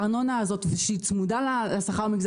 העובדה שהארנונה צמודה לשכר במגזר